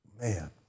Man